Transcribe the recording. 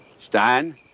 Stein